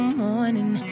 morning